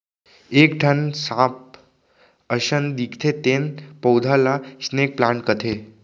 एक ठन सांप असन दिखथे तेन पउधा ल स्नेक प्लांट कथें